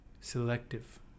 selective